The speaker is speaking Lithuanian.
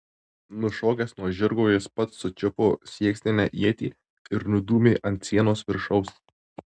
nušokęs nuo žirgo jis pats sučiupo sieksninę ietį ir nudūmė ant sienos viršaus